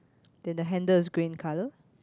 then the handle is green colour